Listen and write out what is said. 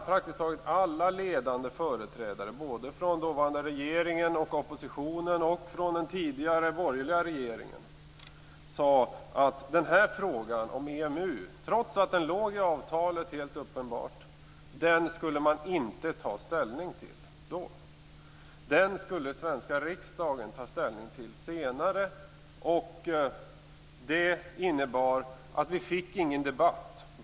Partiskt taget alla ledande företrädare både för den dåvarande regeringen, oppositionen och den tidigare borgerliga regeringen sade att man inte skulle ta ställning till frågan om EMU, trots att den uppenbart låg i avtalet. Den skulle svenska riksdagen ta ställning till senare. Det innebar att vi inte fick någon debatt.